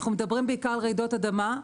אנחנו מדברים בעיקר על רעידות אדמה,